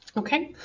okay,